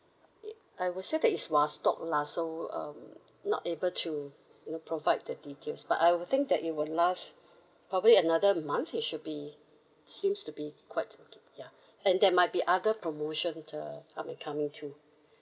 it I would say that it's while stock last so um not able to you know provide the details but I would think that it would last probably another month it should be seems to be quite ya and that might be other promotion uh ah may coming too